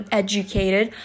educated